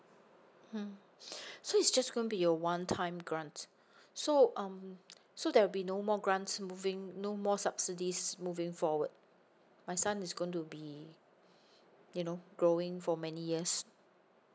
mm so it's just gonna be a one time grant so um so there will be no more grant moving no more subsidies moving forward my son is going to be you know growing for many years